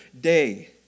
day